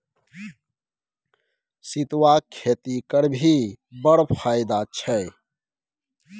सितुआक खेती करभी बड़ फायदा छै